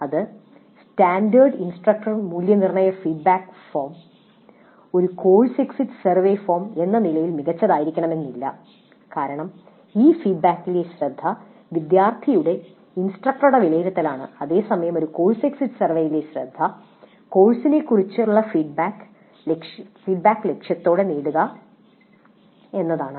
ഈ standard instructor മൂല്യനിർണ്ണയ feedback form ഒരു കോഴ്സ് എക്സിറ്റ് സർവേ ഫോം എന്ന നിലയിൽ മികച്ചതായിരിക്കണമെന്നില്ല കാരണം ഈ ഫീഡ്ബാക്കിലെ ശ്രദ്ധ വിദ്യാർത്ഥിയുടെ ഇൻസ്ട്രക്ടറുടെ വിലയിരുത്തലാണ് അതേസമയം ഒരു കോഴ്സ് എക്സിറ്റ് സർവേയിലെ ശ്രദ്ധ കോഴ്സിനെക്കുറിച്ചുള്ള ഫീഡ്ബാക്ക് ലക്ഷ്യത്തോടെ നേടുക എന്നതാണ്